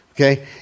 Okay